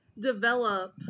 develop